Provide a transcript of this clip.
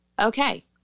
Okay